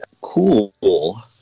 cool